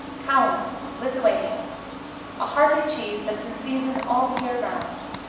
kauna lithuania a hearty cheese that's in season all the year around.